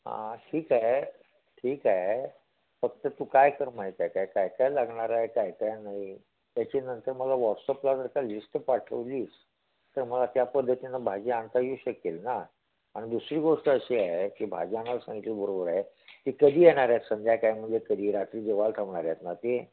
हां ठीक आहे ठीक आहे फक्त तू काय कर माहीत आहे काय काय काय लागणार आहे काय काय नाही त्याची नंतर मला वॉट्सअपला जर का लिस्ट पाठवलीस तर मला त्या पद्धतीनं भाजी आणता येऊ शकेल ना आणि दुसरी गोष्ट अशी आहे की भाजी आणायला सांगितली बरोबर आहे ती कधी येणार आहेत संध्याकाळ म्हणजे कधी रात्री जेवाल थांबणार आहेत ना ती